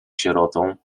sierotą